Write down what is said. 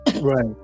right